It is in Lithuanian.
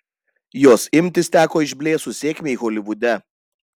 jos imtis teko išblėsus sėkmei holivude